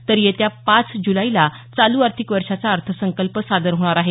तर येत्या पाच जुलैला चालू आर्थिक वर्षाचा अर्थसंकल्प सादर होणार आहे